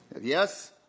Yes